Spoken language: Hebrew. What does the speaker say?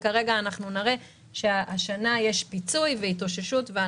אנחנו נראה לכם שהשנה יש פיצוי והתאוששות.